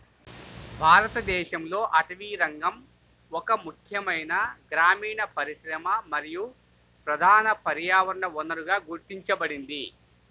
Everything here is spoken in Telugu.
భారతదేశంలో అటవీరంగం ఒక ముఖ్యమైన గ్రామీణ పరిశ్రమ మరియు ప్రధాన పర్యావరణ వనరుగా గుర్తించబడింది